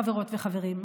חברות וחברים,